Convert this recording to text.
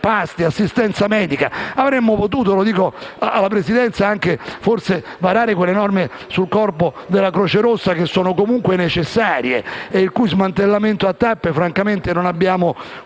pasti e assistenza medica. Avremmo potuto - lo dico alla Presidenza - forse anche varare quelle norme sul corpo della Croce Rossa che sono comunque necessarie, Croce rossa il cui smantellamento a tappe non abbiamo